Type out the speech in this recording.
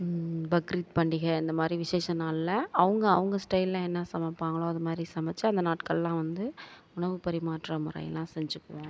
பக்ரீத் பண்டிகை அந்தமாதிரி விஷேச நாளில் அவங்க அவங்க ஸ்டைலில் என்ன சமைப்பாங்களோ அதுமாதிரி சமைச்சு அந்த நாட்களெலாம் வந்து உணவு பரிமாற்ற முறையிலெலாம் செஞ்சுக்குவோம்